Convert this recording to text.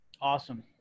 Awesome